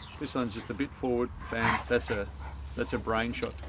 this one's just a bit forward. bam, that's a that's a brain shot.